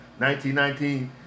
1919